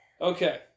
Okay